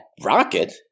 rocket